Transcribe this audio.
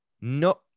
no